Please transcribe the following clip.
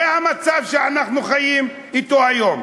זה המצב שאנחנו חיים אתו היום.